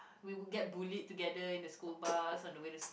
we will get bullied together in the school bus on the way to